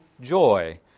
joy